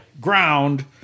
ground